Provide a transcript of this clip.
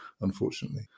unfortunately